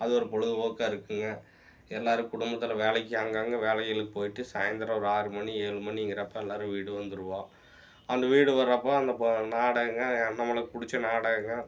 அது ஒரு பொழுதுபோக்காக இருக்குங்க எல்லோரும் குடும்பத்தில் வேலைக்கு அங்கங்கே வேலைகளுக்கு போய்ட்டு சாயந்தரம் ஒரு ஆறுமணி ஏழு மணிங்கிறப்போ எல்லோரும் வீடு வந்துடுவோம் அந்த வீடு வர்றப்போ அந்த நாடகங்கள் நம்மளுக்கு பிடிச்ச நாடகங்கள்